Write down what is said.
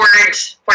words